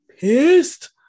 Pissed